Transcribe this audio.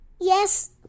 Yes